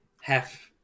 half